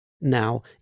Now